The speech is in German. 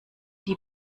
die